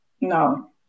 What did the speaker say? No